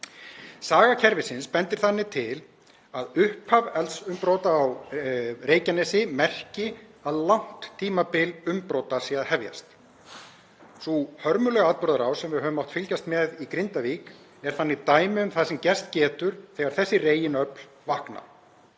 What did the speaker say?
Saga kerfisins bendir þannig til að upphaf eldsumbrota á Reykjanesi merki að langt tímabil umbrota sé að hefjast. Sú hörmulegu atburðarás sem við höfum mátt fylgjast með í Grindavík er þannig dæmi um það sem gerst getur þegar þessi reginöfl vakna.